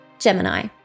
Gemini